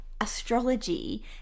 astrology